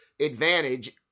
advantage